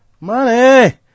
Money